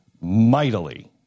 mightily